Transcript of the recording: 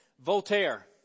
Voltaire